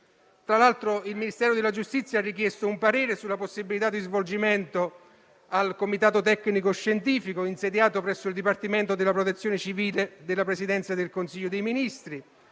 Tra l'altro, il Ministero della giustizia ha richiesto un parere sulla possibilità di svolgimento al Comitato tecnico-scientifico, insediato presso il Dipartimento della Protezione civile della Presidenza del Consiglio dei ministri,